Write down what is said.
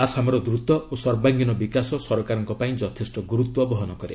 ଆସାମର ଦ୍ରତ ଓ ସର୍ବାଙ୍ଗୀନ ବିକାଶ ସରକାରଙ୍କ ପାଇଁ ଯଥେଷ୍ଟ ଗୁରୁତ୍ୱ ବହନ କରେ